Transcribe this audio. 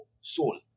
soul